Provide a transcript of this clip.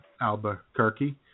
Albuquerque